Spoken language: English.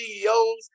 CEOs